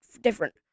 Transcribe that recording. different